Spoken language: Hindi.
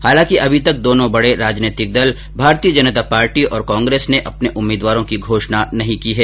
हालांकि अभी तक दोनों बडे राजनैतिक दल भाजपा और कांग्रेस ने अपने उम्मीदवारों की घोषणा नहीं की है